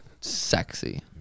Sexy